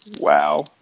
Wow